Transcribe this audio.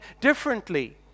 differently